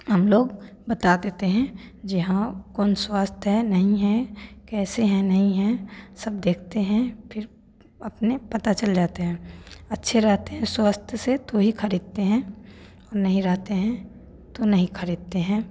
हम लोग बता देते हैं जी हाँ कौन स्वस्थ है नहीं है कैसे है नहीं है सब देखते हैं फिर अपने पता चल जाते हैं अच्छे रहते हैं स्वस्थ से तो ही खरीदते हैं नहीं रहते हैं तो नहीं खरीदते हैं